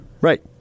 Right